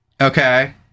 okay